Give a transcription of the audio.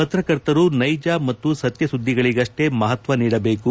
ಪತ್ರಕರ್ತರು ನೈಜ ಮತ್ತು ಸತ್ಯ ಸುದ್ದಿಗಳಿಗಷ್ಟೇ ಮಹತ್ವ ನೀಡಬೇಕು